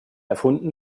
erfunden